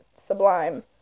sublime